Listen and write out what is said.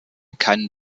keinen